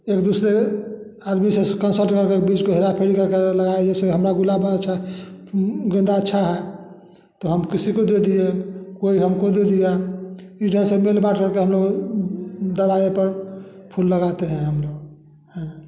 एक दूसरे आदमी से कंसल्ट कर कर बीज हेरा फेरी कर के लगाए जैसे हमरा गुलाब अच्छा है गेंदा अच्छा है तो हम किसी को दे दिए कोई हम को जो दिया इधर से मिल बाँट कर के हम लोग दरवाज़े पर फूल लगाते हैं हम लोग हाँ